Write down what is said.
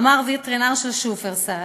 אמר וטרינר של "שופרסל"